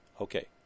Okay